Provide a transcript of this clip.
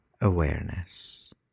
awareness